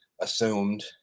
assumed